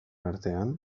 artean